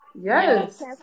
Yes